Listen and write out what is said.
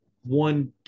one